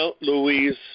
Louise